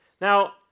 Now